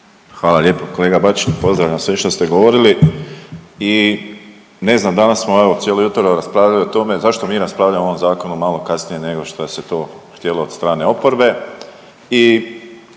Hvala lijepo. Kolega Bačić, pozdravljam sve što ste govorili i ne znam danas smo evo cijelo jutro raspravljali o tome zašto mi raspravljamo o ovom zakonu malo kasnije nego što se to htjelo od strane oporbe